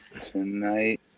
Tonight